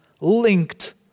linked